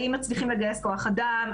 האם מצליחים לגייס כוח אדם,